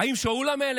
האם שאול המלך?